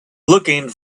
looking